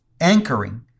anchoring